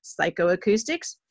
psychoacoustics